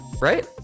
Right